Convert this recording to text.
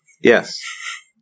Yes